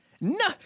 No